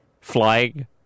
flying